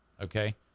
okay